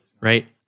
right